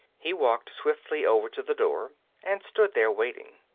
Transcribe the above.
he walked swiftly over to the door and stood there waiting.